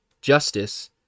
justice